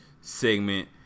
segment